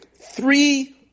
Three